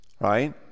right